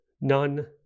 none